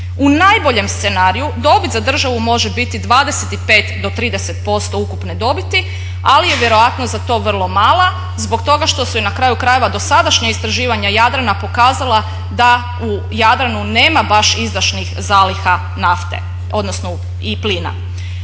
U najboljem scenariju dobit za državu može biti 25 do 30% ukupne dobiti ali je vjerojatnost za to vrlo mala zbog toga što su i na kraju krajeva dosadašnja istraživanja Jadrana pokazala da u Jadranu nema baš izdašnih zaliha nafte i plina.